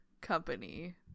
company